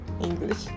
english